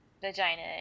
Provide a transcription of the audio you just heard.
vagina